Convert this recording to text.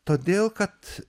todėl kad